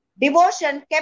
devotion